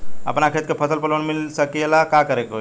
अपना खेत के फसल पर लोन मिल सकीएला का करे के होई?